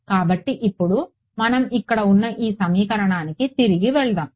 కాబట్టి ఇప్పుడు మనం ఇక్కడ ఉన్న ఈ సమీకరణానికి తిరిగి వెళ్దాం